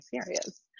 serious